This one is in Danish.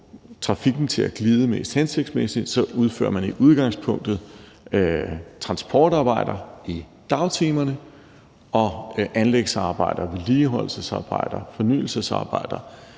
trafikken til at glide mest hensigtsmæssigt udfører man transportarbejder i dagtimerne og anlægsarbejder, vedligeholdelsesarbejder og fornyelsesarbejder